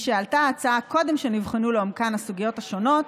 משעלתה ההצעה קודם שנבחנו לעומקן הסוגיות השונות,